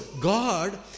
God